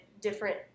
different